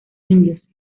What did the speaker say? indios